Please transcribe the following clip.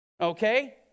okay